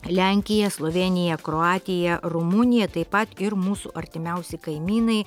lenkija slovėnija kroatija rumunija taip pat ir mūsų artimiausi kaimynai